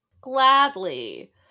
Gladly